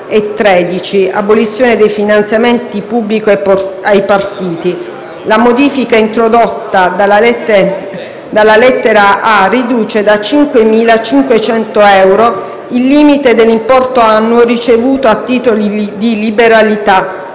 (abolizione del finanziamento pubblico ai partiti). La modifica introdotta dalla lettera *a)* riduce da 5.000 a 500 euro il limite dell'importo annuo ricevuto a titolo di liberalità